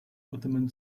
ottoman